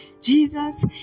Jesus